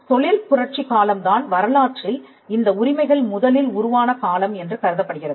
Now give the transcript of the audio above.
தொழில் புரட்சி காலம் தான் வரலாற்றில் இந்த உரிமைகள் முதலில் உருவான காலம் என்று கருதப்படுகிறது